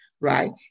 Right